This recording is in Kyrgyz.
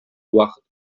убакыт